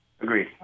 Agreed